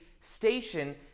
station